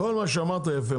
כל מה שאמרת יפה,